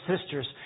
sisters